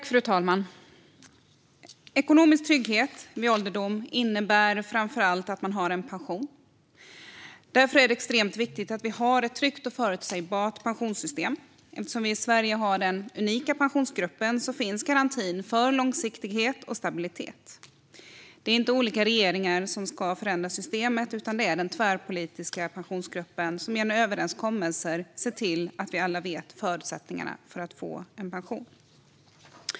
Fru talman! Ekonomisk trygghet vid ålderdom innebär framför allt att man har en pension. Därför är det extremt viktigt att vi har ett tryggt och förutsägbart pensionssystem. Eftersom vi i Sverige har den unika Pensionsgruppen finns garanti för långsiktighet och stabilitet. Det är inte olika regeringar som ska förändra systemet, utan det är den tvärpolitiska Pensionsgruppen som genom överenskommelser ser till att vi alla vet förutsättningarna för att få en pension.